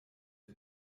ihr